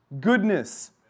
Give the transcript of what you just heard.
goodness